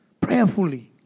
prayerfully